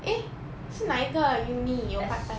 eh 是哪一个 uni 有 part-time